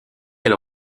elle